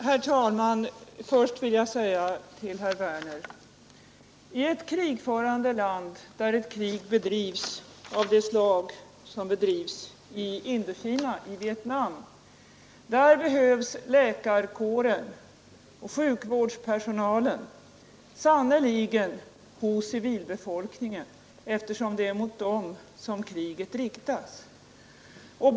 Herr talman! Först vill jag säga till herr Werner i Malmö att i ett land där det pågår ett krig av det slag som bedrivs i Indokina behövs läkarkåren och sjukvårdspersonalen sannerligen hos civilbefolkningen, eftersom det är mot den som kriget riktas.